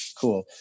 cool